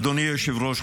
אדוני היושב-ראש,